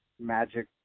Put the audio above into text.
magic